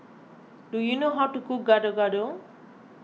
do you know how to cook Gado Gado